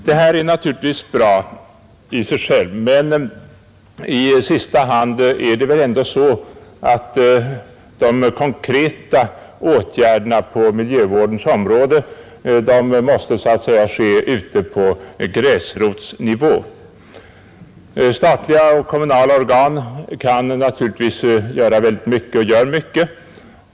Det här är naturligtvis bra i och för sig, men i sista hand är det väl ändå så att de konkreta åtgärderna på miljövårdens område måste vidtas på så att säga gräsrotsnivå. Statliga och kommunala organ kan naturligtvis göra mycket, och de gör mycket.